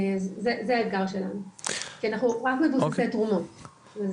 זה האתגר שלנו כי אנחנו רק מבוססי תרומות.